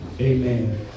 Amen